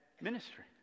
ministry